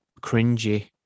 cringy